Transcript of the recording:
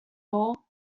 all